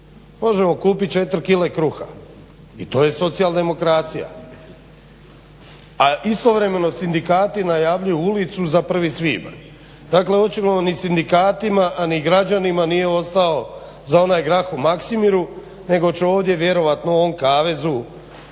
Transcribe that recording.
Možemo kupit 4 kg kruha i to je socijaldemokracija. A istovremeno sindikati najavljuju ulicu za 1.svibanj, dakle očigledno ni sindikatima, a ni građanima nije ostao za onaj grah u Maksimiru nego će ovdje vjerojatno u ovom kavezu